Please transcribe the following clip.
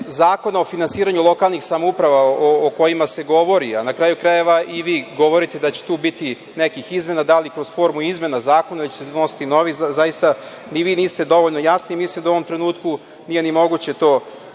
Zakona o finansiranju lokalnih samouprava o kojima se govori, a na kraju krajeva i vi govorite da će tu biti nekih izmena, da li kroz formu izmena zakona ili će se donositi novi, zaista ni vi niste dovoljno jasni, ali mislim da u ovom trenutku nije ni moguće to